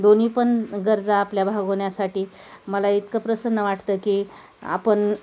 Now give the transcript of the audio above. दोन्ही पण गरजा आपल्या भागवण्यासाठी मला इतकं प्रसन्न वाटतं की आपण